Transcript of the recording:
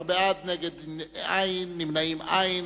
בעד, 16, נגד, אין, נמנעים, אין.